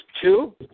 two